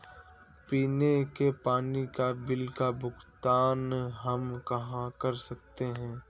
पीने के पानी का बिल का भुगतान हम कहाँ कर सकते हैं?